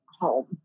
home